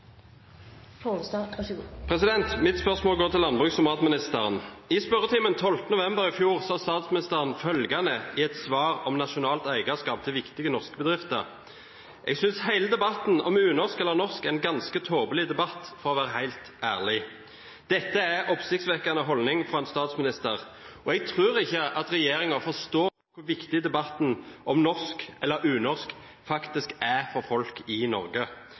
matministeren. I spørretimen 12. november i fjor sa statsministeren følgende i et svar på spørsmål om nasjonalt eierskap til viktige norske bedrifter: «Jeg synes hele debatten om unorsk eller norsk er en ganske tåpelig debatt, for å være helt ærlig.» Dette er en oppsiktsvekkende holdning fra en statsminister. Jeg tror ikke regjeringen forstår hvor viktig debatten om norsk eller unorsk faktisk er for folk i Norge.